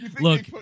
look